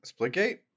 Splitgate